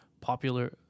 popular –